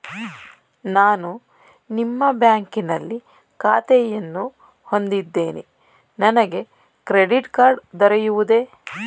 ನಾನು ನಿಮ್ಮ ಬ್ಯಾಂಕಿನಲ್ಲಿ ಖಾತೆಯನ್ನು ಹೊಂದಿದ್ದೇನೆ ನನಗೆ ಕ್ರೆಡಿಟ್ ಕಾರ್ಡ್ ದೊರೆಯುವುದೇ?